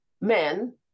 men